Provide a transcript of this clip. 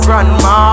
Grandma